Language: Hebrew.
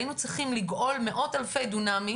היינו צריכים לגאול מאות אלפי דונמים,